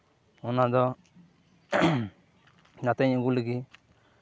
ᱚᱱᱟ ᱫᱚ ᱜᱟᱛᱮᱧ ᱟᱹᱜᱩ ᱞᱮᱜᱮ